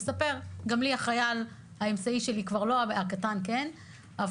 אספר שהבן האמצעי שלי כבר השתחרר אבל הקטן חייל.